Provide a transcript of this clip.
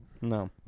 No